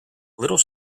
little